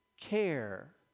care